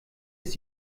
ist